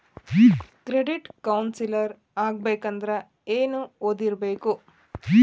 Credit counsellor ಆಗ್ಬೇಕಂದ್ರ ಏನ್ ಓದಿರ್ಬೇಕು?